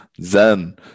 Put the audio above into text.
Zen